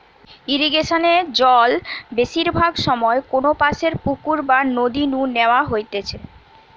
ইরিগেশনে জল বেশিরভাগ সময় কোনপাশের পুকুর বা নদী নু ন্যাওয়া হইতেছে